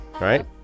right